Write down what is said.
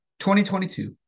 2022